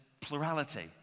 plurality